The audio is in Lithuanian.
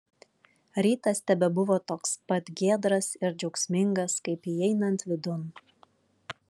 rytas tebebuvo toks pat giedras ir džiaugsmingas kaip įeinant vidun